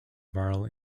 viral